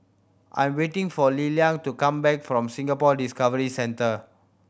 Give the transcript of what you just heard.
I am waiting for Lillian to come back from Singapore Discovery Centre